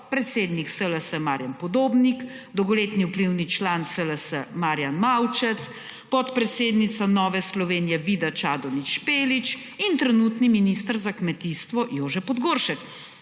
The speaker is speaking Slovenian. predsednik SLS Marjana Podobnik, dolgoletni vplivni član SLS Marjan Maučec, podpredsednica Nove Slovenije Vida Čadonič Špelič in trenutni minister za kmetijstvo Jože Podgoršek,